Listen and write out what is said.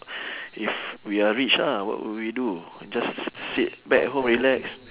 if we are rich ah what would we do just s~ s~ sit back home relax